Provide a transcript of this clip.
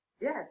Yes